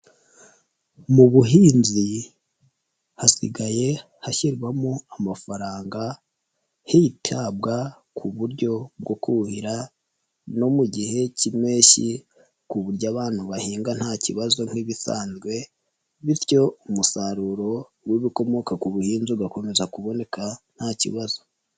Mu buhinzi hasigaye hashyirwamo amafaranga hitabwa ku buryo bwo kuhira no mu gihe k'impeshyi ku buryo abantu bahinga nta kibazo nk'ibisanzwe bityo umusaruro w'ibikomoka ku buhinzi ugakomeza kuboneka nta kibazo.